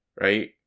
Right